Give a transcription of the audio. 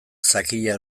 sakila